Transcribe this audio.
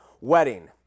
wedding